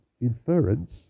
inference